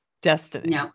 destiny